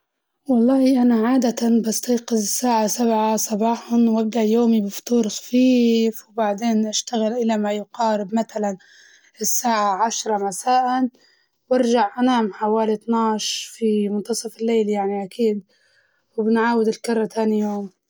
والله أنا عادةً بستيقظ الساعة سبعة صباحاً وأبدأ يومي بفطور خفيف وبعدين أشتغل إلى ما يقارب متلاً الساعة عشرة مساءً، وأرجع أنام حوالي اثنا عشر في منتصف الليل يعني أكيد، وبنعاود الكرة تاني يوم.